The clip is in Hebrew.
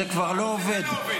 זה כבר לא עובד.